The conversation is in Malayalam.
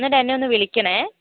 എന്നിട്ടെന്നെ ഒന്ന് വിളിക്കണേ